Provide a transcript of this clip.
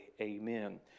amen